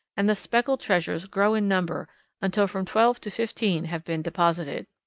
and the speckled treasures grow in number until from twelve to fifteen have been deposited.